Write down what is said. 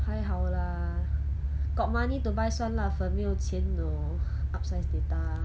还好 lah got money to buy 酸辣粉没有钱 to upsize data